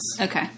Okay